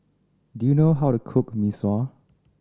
do you know how to cook Mee Sua